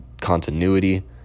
continuity